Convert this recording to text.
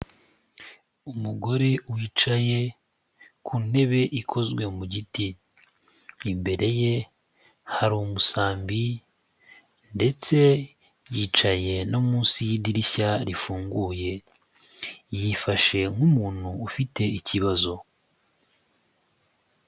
Umugore wicaye ku ntebe ikozwe mu giti. Imbere ye, hari umusambi ndetse yicaye no munsi y'idirishya rifunguye. Yifashe nk'umuntu ufite ikibazo.